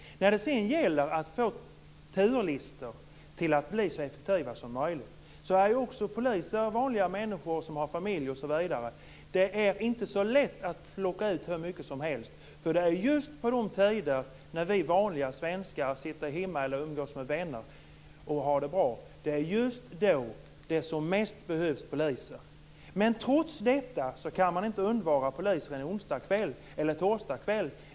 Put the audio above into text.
När det sedan gäller att göra turlistorna så effektiva som möjligt vill jag peka på att poliser är vanliga människor, som har familj osv. Det är inte så lätt att ta ut hur mycket tid som helst av dem. Det är just på de tider när vi vanliga svenskar sitter hemma eller umgås med vänner och har det bra som poliserna som mest behövs. Trots detta kan man inte undvara polisen en onsdags eller torsdagskväll.